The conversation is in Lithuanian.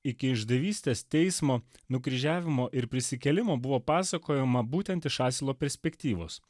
iki išdavystės teismo nukryžiavimo ir prisikėlimo buvo pasakojama būtent iš asilo perspektyvos